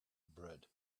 bread